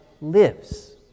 lives